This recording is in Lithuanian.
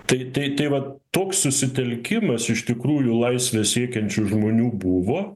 tai tai tai vat toks susitelkimas iš tikrųjų laisvės siekiančių žmonių buvo